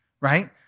right